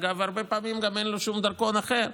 אגב, הרבה פעמים גם אין לו שום דרכון אחר,